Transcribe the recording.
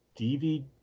DVD